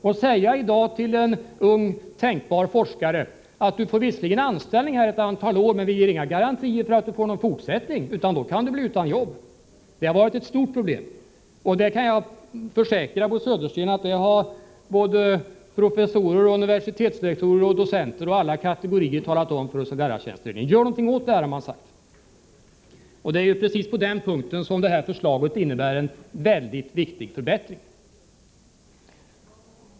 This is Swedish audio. Att i dag tvingas säga till en ung, tänkbar forskare ”Du får visserligen anställning här ett antal år, men vi ger inga garantier för att det blir någon fortsättning, utan du kan bli utan jobb”, det har varit ett stort problem. Och jag kan försäkra Bo Södersten att både professorer, universitetslektorer och docenter av alla kategorier har talat om det för oss i lärartjänstutredningen. Gör någonting åt detta, har man sagt. Och det är precis på den punkten som detta förslag innebär en mycket viktig förbättring.